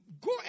go